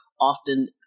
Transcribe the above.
often